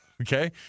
Okay